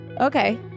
Okay